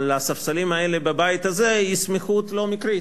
לספסלים האלה בבית הזה, היא סמיכות לא מקרית,